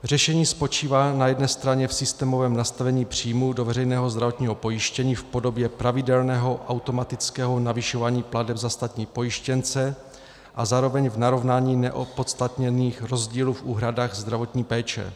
Řešení spočívá na jedné straně v systémovém nastavení příjmů do veřejného zdravotního pojištění v podobě pravidelného automatického navyšování plateb za státní pojištěnce a zároveň v narovnání neopodstatněných rozdílů v úhradách zdravotní péče.